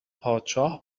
پادشاه